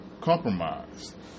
compromised